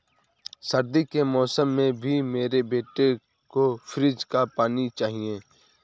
सर्दी के मौसम में भी मेरे बेटे को फ्रिज का पानी चाहिए